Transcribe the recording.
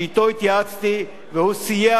שאתו התייעצתי והוא סייע